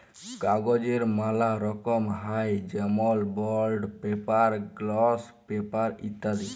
কাগজের ম্যালা রকম হ্যয় যেমল বন্ড পেপার, গ্লস পেপার ইত্যাদি